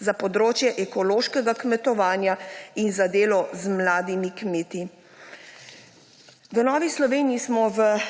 za področje ekološkega kmetovanja in za delo z mladimi kmeti. V Novi Sloveniji smo v